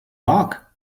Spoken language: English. rock